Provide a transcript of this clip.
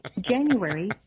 January